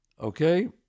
Okay